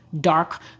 dark